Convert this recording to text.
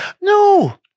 No